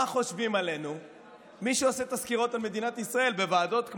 מה חושבים עלינו מי שעושה את הסקירות על מדינת ישראל בוועדות מקבילות,